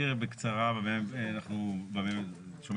במסגרת הדיון היום אנחנו דנים בעצם בשלושה